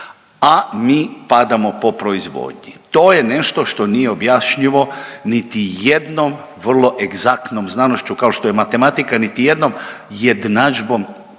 a mi padamo po proizvodnji. To je nešto što nije objašnjivo niti jednom vrlo egzaktnom znanošću kao što je matematika, niti jednom jednadžbom